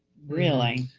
really?